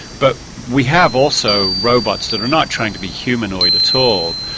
but we have also robots that are not trying to be humanoid at all,